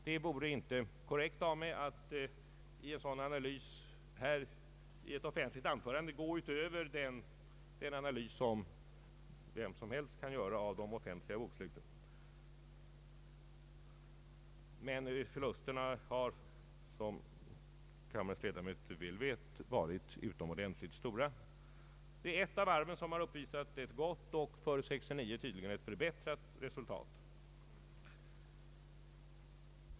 Det vore inte korrekt av mig att i ett offentligt anförande gå utöver den analys som vem som helst kan göra med ledning av de offentliga boksluten. Förlusterna har dock, som kammarens ledamöter vet, varit utomordentligt stora. Vid ett av varven har uppvisats ett gott — och för 1969 tydligen förbättrat — resultat.